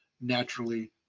naturally